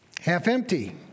half-empty